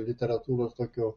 literatūros tokių